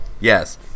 Yes